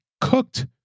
cooked